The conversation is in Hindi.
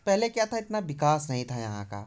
पहले क्या था इतना विकास नहीं था यहाँ का